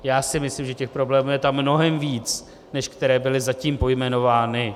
Já si myslím, že problémů je tam mnohem víc, než které byly zatím pojmenovány.